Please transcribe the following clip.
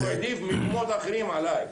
הוא העדיף מקומות אחרים עליי.